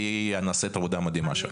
לדעתי נעשית עבודה מדהימה שם.